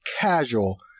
casual